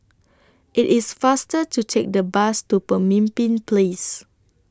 IT IS faster to Take The Bus to Pemimpin Place